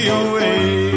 away